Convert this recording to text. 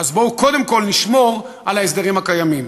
בואו קודם כול נשמור על ההסדרים הקיימים.